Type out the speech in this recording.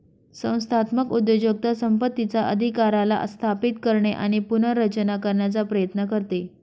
संस्थात्मक उद्योजकता संपत्तीचा अधिकाराला स्थापित करणे आणि पुनर्रचना करण्याचा प्रयत्न करते